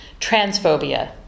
transphobia